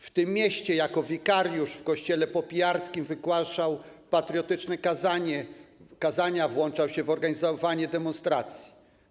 W tym mieście jako wikariusz w kościele popijarskim wygłaszał patriotyczne kazania, włączał się w organizowanie demonstracji.